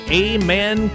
amen